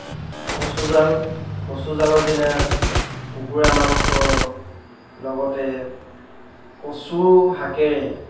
কচু জাল কচুজালৰ দিনা কুকুৰা মাংস লগতে কচু শাকেৰে